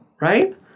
right